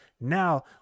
Now